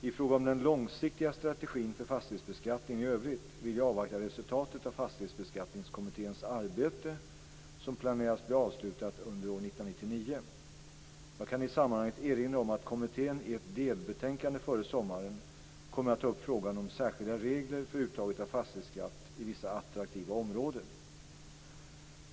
I fråga om den långsiktiga strategin för fastighetsbeskattningen i övrigt vill jag avvakta resultatet av Fastighetsbeskattningskommitténs arbete som planeras bli avslutat under år 1999. Jag kan i sammanhanget erinra om att kommittén i ett delbetänkande före sommaren kommer att ta upp frågan om särskilda regler för uttaget av fastighetsskatt i vissa attraktiva områden.